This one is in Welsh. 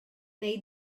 wnei